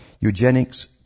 Eugenics